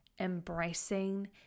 embracing